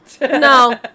no